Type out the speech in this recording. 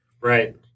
Right